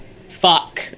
Fuck